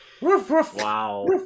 Wow